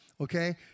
okay